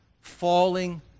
falling